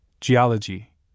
Geology